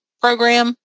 program